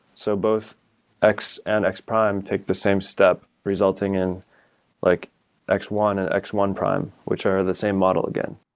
so both x and x prime take the same step resulting in like x one and x one prime which are the same model again.